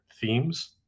themes